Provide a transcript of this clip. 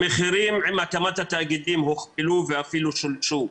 המחירים עם הקמת התאגידים הוכפלו ואפילו שולשו.